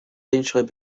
eventually